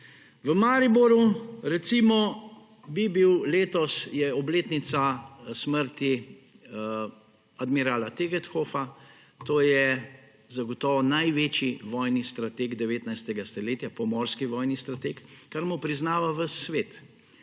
V Mariboru, recimo, bi bil – letos, je obletnica smrti admirala Tegetthoffa. To je zagotovo največji vojni strateg 19. stoletja, pomorski vojni strateg, kar mu priznava ves svet.